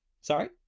Sorry